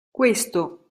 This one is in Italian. questo